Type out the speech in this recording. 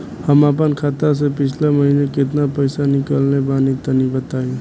हम आपन खाता से पिछला महीना केतना पईसा निकलने बानि तनि बताईं?